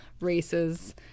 races